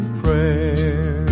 prayer